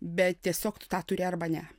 bet tiesiog tu tą turi arba ne